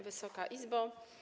Wysoka Izbo!